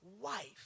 wife